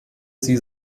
sie